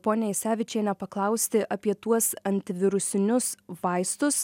ponia jasevičiene paklausti apie tuos antivirusinius vaistus